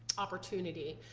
opportunity.